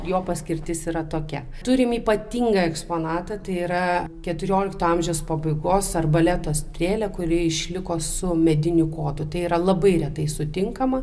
jo paskirtis yra tokia turim ypatingą eksponatą tai yra keturiolikto amžiaus pabaigos arbaleto strėlę kuri išliko su mediniu kotu tai yra labai retai sutinkama